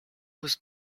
was